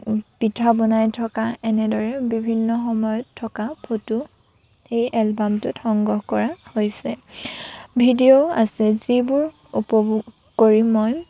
পিঠা বনাই থকা এনেদৰে বিভিন্ন সময়ত থকা ফটো সেই এলবামটোত সংগ্ৰহ কৰা হৈছে ভিডিঅ'ও আছে যিবোৰ উপভোগ কৰি মই